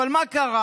אבל מה קרה?